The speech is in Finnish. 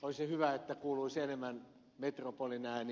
olisi hyvä että kuuluisi enemmän metropolin ääni